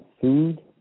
food